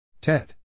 Ted